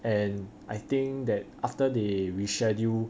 and I think that after they re-schedule